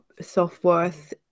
self-worth